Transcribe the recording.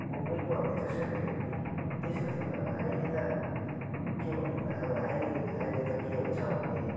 बोक्नै पर्ने जसै गरे पनि त्यस्तो थियो अब अहिले त के भन्नु र अब अहिले अहिले त के छ भने